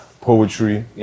poetry